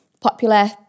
popular